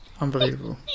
Unbelievable